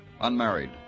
unmarried